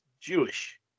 Jewish